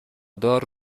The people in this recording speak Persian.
دار